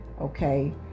okay